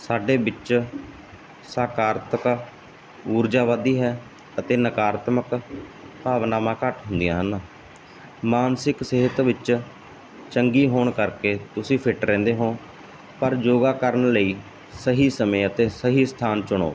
ਸਾਡੇ ਵਿੱਚ ਸਕਾਰਤਮਕ ਊਰਜਾ ਵਧਦੀ ਹੈ ਅਤੇ ਨਕਾਰਤਮਕ ਭਾਵਨਾਵਾਂ ਘੱਟ ਹੁੰਦੀਆਂ ਹਨ ਮਾਨਸਿਕ ਸਿਹਤ ਵਿੱਚ ਚੰਗੀ ਹੋਣ ਕਰਕੇ ਤੁਸੀਂ ਫਿੱਟ ਰਹਿੰਦੇ ਹੋ ਪਰ ਯੋਗਾ ਕਰਨ ਲਈ ਸਹੀ ਸਮੇਂ ਅਤੇ ਸਹੀ ਸਥਾਨ ਚੁਣੋ